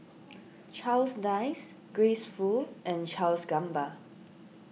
Charles Dyce Grace Fu and Charles Gamba